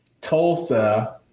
Tulsa